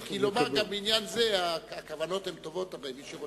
כי לומר גם בעניין זה, הכוונות הן הרי טובות.